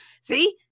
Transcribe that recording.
see